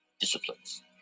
Disciplines